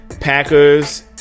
Packers